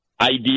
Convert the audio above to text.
idea